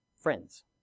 Friends